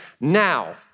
Now